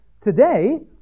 today